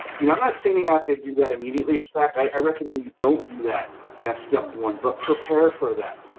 you know i'm not saying you have to do that immediately, in fact i recommend you don't do that. that's not step one, but prepare for that.